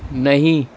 نہیں